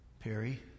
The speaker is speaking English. Perry